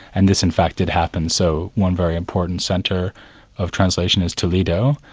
and this in fact had happened. so one very important centre of translation is toledo,